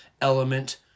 element